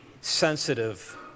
sensitive